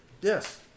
Yes